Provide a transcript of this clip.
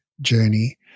journey